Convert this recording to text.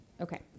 Okay